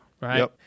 Right